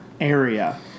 area